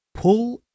pull